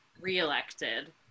reelected